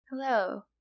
Hello